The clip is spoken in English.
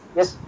Yes